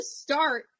start